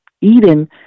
Eden